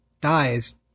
dies